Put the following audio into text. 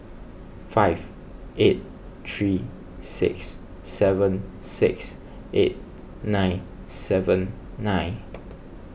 five eight three six seven six eight nine seven nine